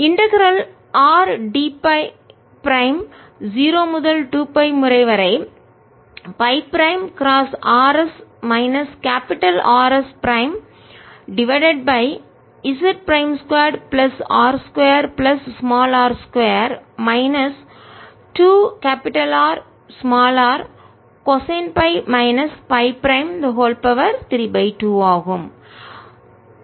integral ஒருங்கிணைத்துR d Φ prime 0 முதல் 2 pi முறை வரை Φ prime cross rs minus R s prime divided by z prime 2 plus R 2 plus r 2 minus 2 Rr cosine phi minus phi prime 3 2 ஆகும்